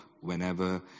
whenever